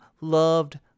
loved